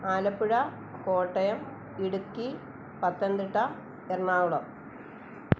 Alappuzha Kottayam Idukki Pathanamthitta Ernakulam